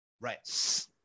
Right